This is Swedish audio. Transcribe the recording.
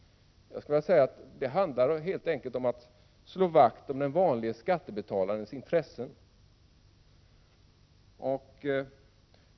Jag vill säga att det helt enkelt handlar om att slå vakt om den vanlige skattebetalarens intressen.